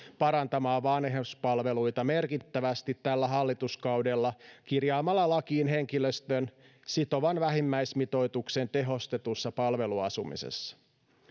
parantamaan vanhuspalveluita merkittävästi tällä hallituskaudella kirjaamalla lakiin henkilöstön sitovan vähimmäismitoituksen tehostetussa palveluasumisessa